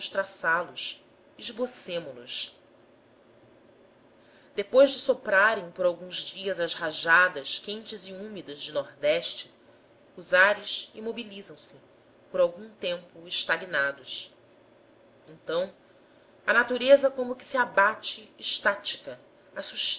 traçá los esbocemo los depois de soprarem por alguns dias as rajadas quentes e úmidas de ne os ares imobilizam se por algum tempo estagnados então a natureza como que se abate extática